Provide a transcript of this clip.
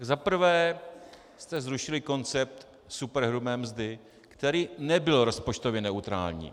Za prvé jste zrušili koncept superhrubé mzdy, který nebyl rozpočtově neutrální.